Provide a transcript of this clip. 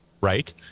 right